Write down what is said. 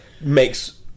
makes